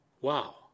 Wow